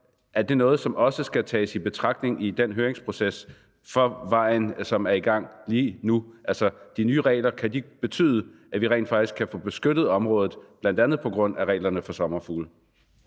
nye regler noget, som også skal tages med i betragtning i den høringsproces om vejen, som er i gang lige nu? Altså, kan de nye regler betyde, at vi rent faktisk kan få beskyttet området, bl.a. på grund af reglerne om sommerfugle?